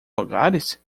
lugares